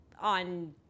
on